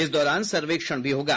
इस दौरान सर्वेक्षण भी होगा